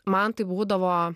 man tai būdavo